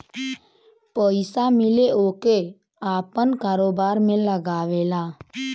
पइसा मिले ओके आपन कारोबार में लगावेला